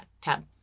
tab